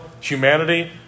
humanity